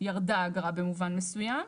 ירדה האגרה במובן מסוים.